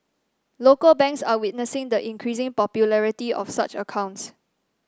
local banks are witnessing the increasing popularity of such accounts